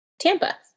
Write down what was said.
Tampa